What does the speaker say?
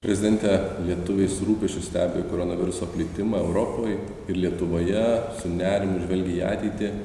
prezidente lietuviai su rūpesčiu stebi koronaviruso plitimą europoj ir lietuvoje su nerimu žvelgia į ateitį